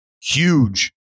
huge